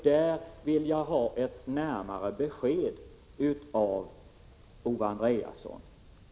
Där vill jag ha ett närmare besked av Owe Andréasson.